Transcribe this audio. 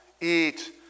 eat